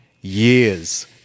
years